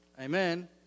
Amen